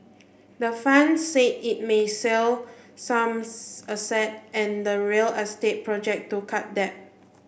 the fund said it may sell some assets and real estate project to cut debt